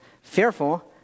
fearful